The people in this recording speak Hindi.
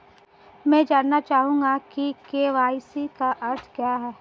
मैं जानना चाहूंगा कि के.वाई.सी का अर्थ क्या है?